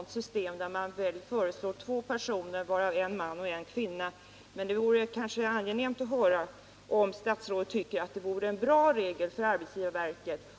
ett system där man föreslår två personer, en man och en kvinna, men det skulle vara angeläget att få veta om statsrådet tycker att detta vore ett bra system för arbetsgivarverket.